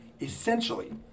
essentially